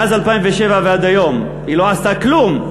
מאז 2007 ועד היום היא לא עשתה כלום.